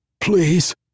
Please